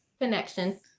connection